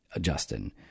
Justin